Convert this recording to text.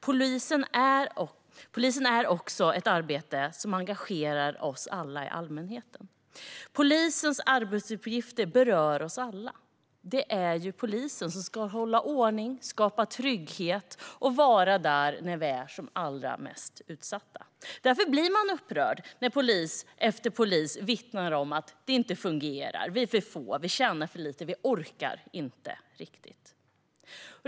Polisens arbete engagerar också allmänheten. Polisens arbetsuppgifter berör oss alla. Det är ju polisen som ska hålla ordning, skapa trygghet och vara där när vi är som allra mest utsatta. Därför blir man upprörd när polis efter polis vittnar om att det inte fungerar: Vi är för få, vi tjänar för lite och vi orkar inte riktigt.